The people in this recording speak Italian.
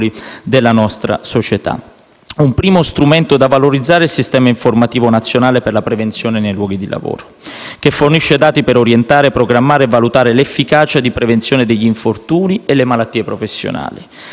della nostra società. Un primo strumento da valorizzare è il sistema informativo nazionale per la prevenzione nei luoghi di lavoro (SINP), che fornisce dati per orientare, programmare e valutare l'efficacia di prevenzione degli infortuni e le malattie professionali.